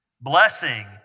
Blessing